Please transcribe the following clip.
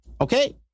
Okay